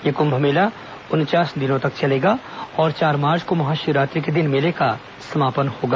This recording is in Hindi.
यह कुंभ मेला उनचास दिनों तक चलेगा और चार मार्च को महाशिवरात्रि के दिन मेले का समापन होगा